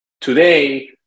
Today